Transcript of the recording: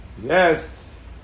Yes